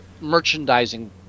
merchandising